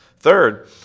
Third